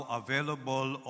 available